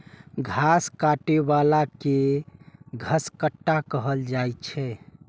घास काटै बला कें घसकट्टा कहल जाइ छै